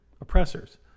oppressors